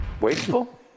Wasteful